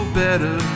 better